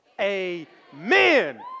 amen